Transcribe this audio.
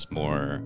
more